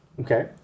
Okay